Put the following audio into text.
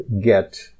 get